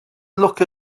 look